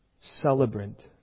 celebrant